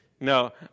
No